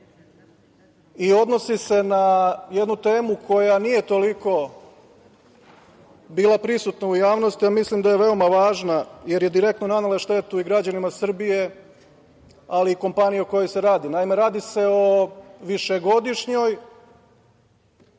i odnosi se na jednu temu koja nije toliko bila prisutna u javnosti, a mislim da je veoma važna, jer je direktno nanela štetu građanima Srbije, ali i kompaniji o kojoj se radi. Naime, radi se o višegodišnjoj,